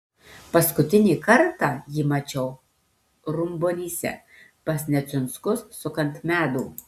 paskutinį kartą jį mačiau rumbonyse pas neciunskus sukant medų